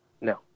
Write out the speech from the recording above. No